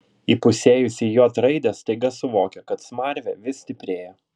įpusėjusi j raidę staiga suvokė kad smarvė vis stiprėja